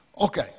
Okay